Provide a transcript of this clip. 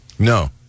No